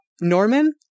Norman